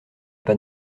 pas